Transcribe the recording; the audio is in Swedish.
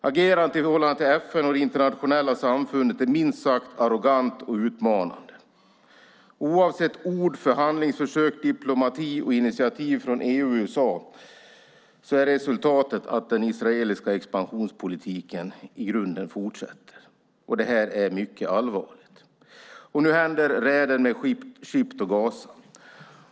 Agerandet i förhållande till FN och det internationella samfundet är minst sagt arrogant och utmanande. Oavsett ord, förhandlingsförsök, diplomati och initiativ från EU och USA är resultatet att den israeliska expansionspolitiken i grunden fortsätter. Det är mycket allvarligt. Nu har vi räden mot Ship to Gaza.